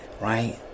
Right